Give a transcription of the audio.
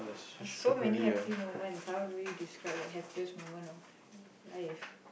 so many happy moments how do we describe the happiest moment of your life